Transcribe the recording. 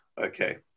Okay